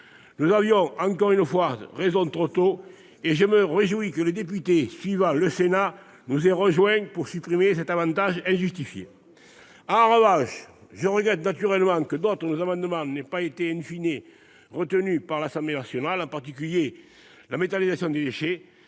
Nous avions encore une fois raison trop tôt et je me réjouis que les députés aient rejoint les sénateurs pour supprimer cet avantage injustifié. En revanche, je regrette naturellement que certains autres de nos amendements n'aient pas été retenus par l'Assemblée nationale. Je pense en particulier à la méthanisation des déchets,